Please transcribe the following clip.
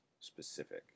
specific